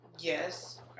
Yes